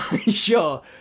sure